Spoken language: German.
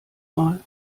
mal